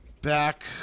back